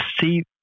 see